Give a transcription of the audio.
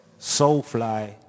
Soulfly